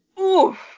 Oof